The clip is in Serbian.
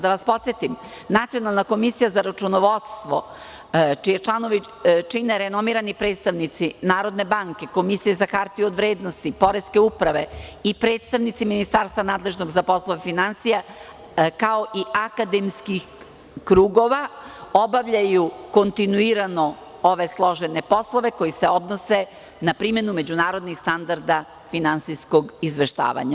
Da vas podsetim, Nacionalna komisija za računovodstvo čiji članovi čine renomirani predstavnici NBS, Komisije za hartije od vrednosti, Poreska uprava, predstavnici ministarstva nadležnih za poslove finansija, kao i akademskih krugova, obavljaju kontinuirano ove složene poslove koji se odnose na primenu međunarodnih standarda finansijskog izveštavanja.